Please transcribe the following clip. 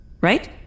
right